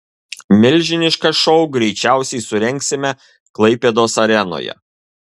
milžinišką šou greičiausiai surengsime klaipėdos arenoje